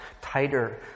tighter